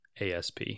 asp